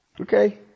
Okay